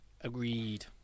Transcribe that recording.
Agreed